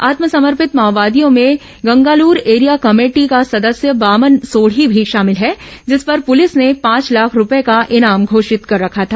आत्मसमर्पित माओवादियों में गंगालर एरिया कमेटी का सदस्य बामन सोढी भी शामिल है जिस पर पुलिस ने पांच लाख रूपये का इनाम घोषित कर रखा था